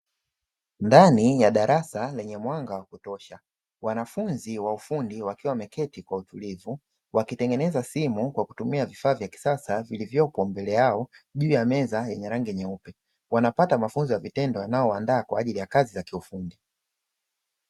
Ndani ya darasa lenye mwanga wa kutosha, wanafunzi wa ufundi wakiwa wameketi kwa utulivu wakitengeneza simu kwa kutumia vifaa vya kisasa vilivyopo mbele yao juu ya meza yenye rangi nyeupe, wanapata mafunzo ya vitendo yanayowaandaa kwa ajili ya kazi za kiufundi.